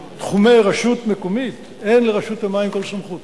בתחומי רשות מקומית אין לרשות המים כל סמכות.